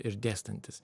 ir dėstantis